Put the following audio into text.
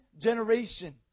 generation